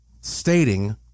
stating